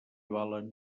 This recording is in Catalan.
valen